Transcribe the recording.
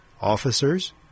officers